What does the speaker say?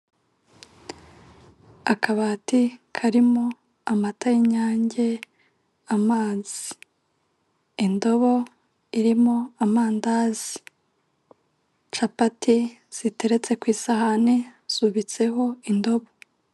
Akabati karimo amata y'lnyange, amazi, indobo irimo amandazi, capati ziteretse ku isahani, zubitseho indobo.